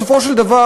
בסופו של דבר,